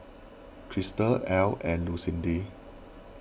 Christel ell and Lucindy